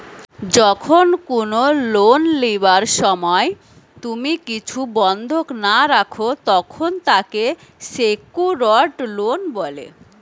যখন কুনো লোন লিবার সময় তুমি কিছু বন্ধক না রাখো, তখন তাকে সেক্যুরড লোন বলে